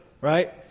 right